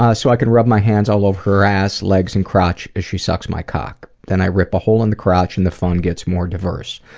ah so i could rub my hands all over her ass, legs and crotch as she sucks my cock. then i rip a hole in the crotch and the fun gets more diverse.